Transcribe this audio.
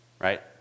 right